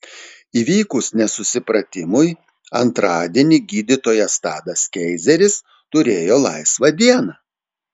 įvykus nesusipratimui antradienį gydytojas tadas keizeris turėjo laisvą dieną